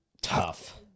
Tough